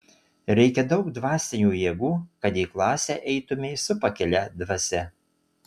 reikia daug dvasinių jėgų kad į klasę eitumei su pakilia dvasia